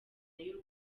y’u